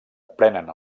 prenen